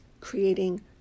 creating